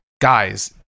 guys